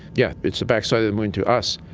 yes, it's the backside of the moon to us,